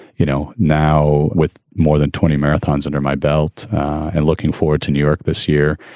you know, now with more than twenty marathons under my belt and looking forward to new york this year,